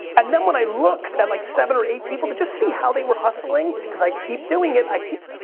and then when i looked at, like, seven or eight people, they just see how they were hustling cause i keep doing it, i keep,